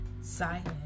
silent